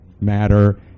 matter